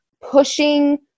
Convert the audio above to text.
pushing